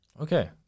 okay